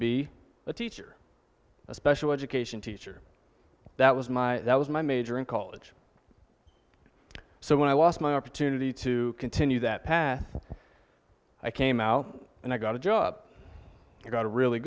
be a teacher a special education teacher that was my that was my major in college so when i lost my opportunity to continue that path i came out and i got a job i got a really